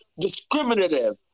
discriminative